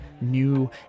new